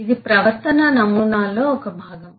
ఇవి ప్రవర్తనా నమూనాలో ఒక భాగం